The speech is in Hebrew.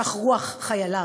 כך רוח חייליו.